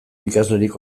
ikaslerik